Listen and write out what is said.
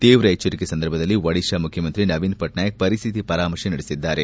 ತೀವ್ರ ಎಚ್ಚರಿಕೆ ಸಂದರ್ಭದಲ್ಲಿ ಒಡಿತಾ ಮುಖ್ಯಮಂತ್ರಿ ನವೀನ್ ಪಟ್ನಾಯಕ್ ಪರಿಸ್ಕಿತಿ ಪರಾಮರ್ಶೆ ನಡೆಸಿದ್ದಾರೆ